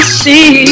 see